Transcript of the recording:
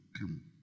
come